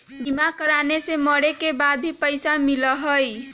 बीमा कराने से मरे के बाद भी पईसा मिलहई?